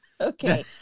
Okay